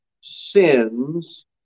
sins